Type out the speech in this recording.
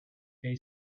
they